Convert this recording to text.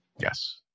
Yes